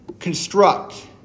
Construct